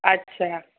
अच्छा